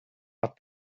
but